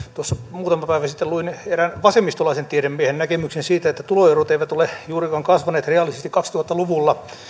muutama päivä sitten luin erään vasemmistolaisen tiedemiehen näkemyksen siitä että tuloerot eivät ole juurikaan kasvaneet reaalisesti kaksituhatta luvulla